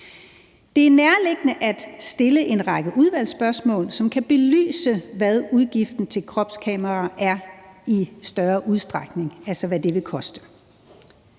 Det er nærliggende at stille en række udvalgsspørgsmål, som kan belyse, hvad udgiften til kropskameraer i større udstrækning er, altså hvad det vil koste.